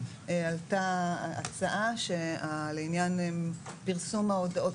עלתה הצעה שלעניין פרסום ההודעות,